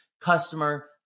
customer